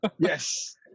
Yes